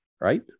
Right